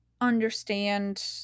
understand